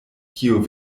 kio